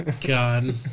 God